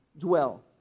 dwell